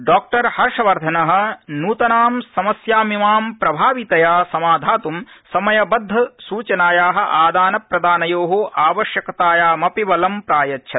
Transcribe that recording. doctor Harshvardhan नूतनाम् समस्यामिमां प्रभावितया समाधातुं समयबद्ध सूचनाया आदान प्रदानयो आवश्यकतायामपि बलं प्रायच्छत्